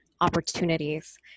opportunities